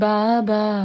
Baba